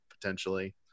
potentially